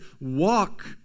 walk